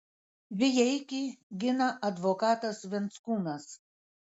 vijeikį gina advokatas venckūnas